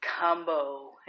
combo